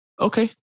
okay